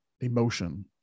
emotion